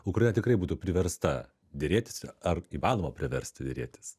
ukraina tikrai būtų priversta derėtis ar įmanoma priversti derėtis